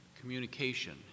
communication